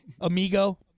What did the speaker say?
Amigo